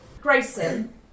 Grayson